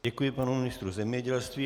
Děkuji panu ministru zemědělství.